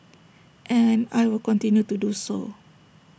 and I will continue to do so